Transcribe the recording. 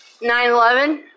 9-11